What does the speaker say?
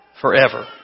forever